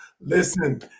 Listen